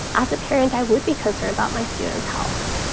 as a parent i would be concerned about my student's health.